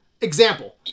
Example